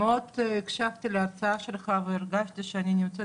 הקשבתי להצעה שלך והרגשתי שאני נמצאת